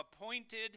appointed